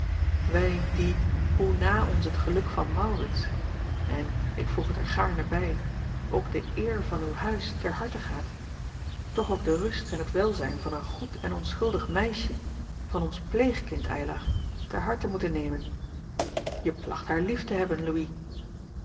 wij die hoe na ons het geluk van aurits en ik voeg het er gaarne bij ook de eer van uw uis ter harte gaat toch ook de rust en het welzijn van een goed en onschuldig meisje van ons pleegkind ylar ter harte moeten nemen e placht haar lief te hebben ouis